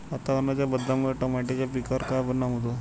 वातावरणाच्या बदलामुळे टमाट्याच्या पिकावर काय परिणाम होतो?